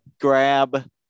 grab